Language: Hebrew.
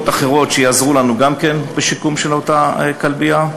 שיעזרו לנו גם כן בשיקום של אותה כלבייה,